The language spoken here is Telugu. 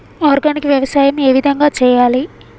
ఆర్గానిక్ వ్యవసాయం ఏ విధంగా చేయాలి?